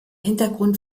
hintergrund